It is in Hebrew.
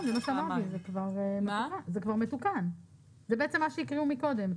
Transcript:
זה כבר מתוקן, זה מה שהקריאו קודם.